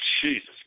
Jesus